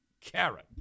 Karen